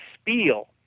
spiel